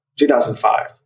2005